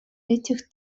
этих